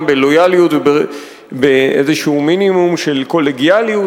בלויאליות ובאיזשהו מינימום של קולגיאליות,